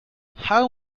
how